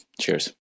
Cheers